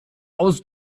aus